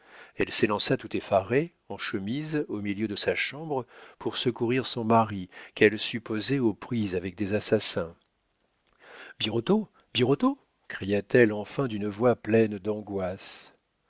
elle s'élança tout effarée en chemise au milieu de sa chambre pour secourir son mari qu'elle supposait aux prises avec des assassins birotteau birotteau cria-t-elle enfin d'une voix pleine d'angoisses